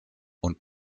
und